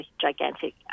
gigantic